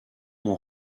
mont